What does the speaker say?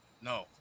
No